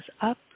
up